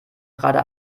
gerade